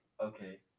okay